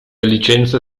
licenze